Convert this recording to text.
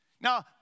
Now